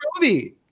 movie